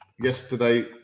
Yesterday